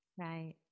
Right